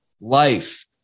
life